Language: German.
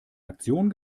aktion